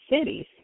cities